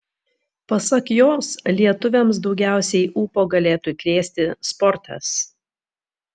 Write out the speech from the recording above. pasak jos lietuviams daugiausiai ūpo galėtų įkrėsi sportas